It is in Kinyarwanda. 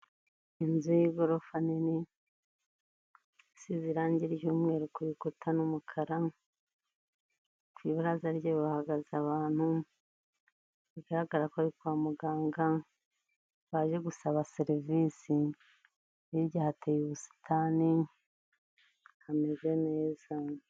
Inzu y'igorofa nini isize irange ry'umweru ku bikuta n'umukara, ku ibaraza ryayo hahagaze abantu, bigaragara ko ari kwa muganga baje gusaba serivisi, hirya hateye ubusitani hameze neza.